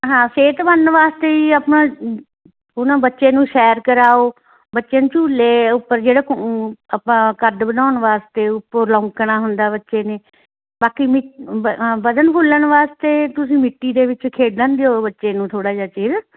ਹਾਂ ਸਿਹਤ ਬਣਨ ਵਾਸਤੇ ਜੀ ਆਪਣਾ ਉਹ ਨਾ ਬੱਚੇ ਨੂੰ ਸੈਰ ਕਰਾਓ ਬੱਚੇ ਨੂੰ ਝੂਲੇ ਉੱਪਰ ਜਿਹੜੇ ਆਪਾਂ ਕੱਦ ਵਧਾਉਣ ਵਾਸਤੇ ਉੱਪਰ ਲਮਕਣਾ ਹੁੰਦਾ ਬੱਚੇ ਨੇ ਬਾਕੀ ਵਧਣ ਫੁੱਲਣ ਵਾਸਤੇ ਤੁਸੀਂ ਮਿੱਟੀ ਦੇ ਵਿੱਚ ਖੇਡਣ ਦਿਓ ਬੱਚੇ ਨੂੰ ਥੋੜ੍ਹਾ ਜਿਹਾ ਚਿਰ